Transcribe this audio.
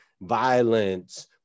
violence